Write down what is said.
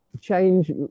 change